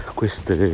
queste